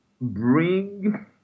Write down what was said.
bring